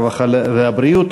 הרווחה והבריאות.